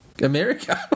America